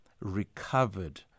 recovered